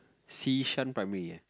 Xishan primary